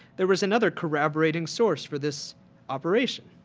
there was another corroborating source for this operation.